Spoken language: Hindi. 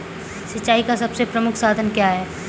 सिंचाई का सबसे प्रमुख साधन क्या है?